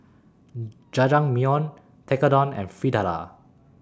Jajangmyeon Tekkadon and Fritada